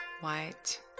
white